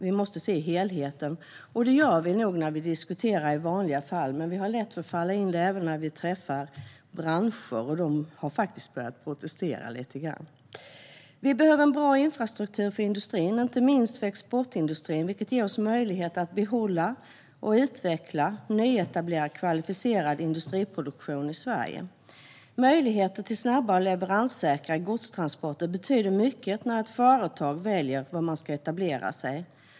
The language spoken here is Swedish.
Vi måste se helheten, och det gör vi nog i vanliga fall, men det är lätt att falla in i stuprörstänkandet även när vi träffar branscher, och de har faktiskt börjat att protestera lite grann. Vi behöver en bra infrastruktur för industrin, inte minst för exportindustrin, vilken ger oss möjlighet att behålla, utveckla och nyetablera kvalificerad industriproduktion i Sverige. Möjligheter till snabba och leveranssäkra godstransporter betyder mycket när ett företag väljer var man ska etablera sig.